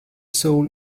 soul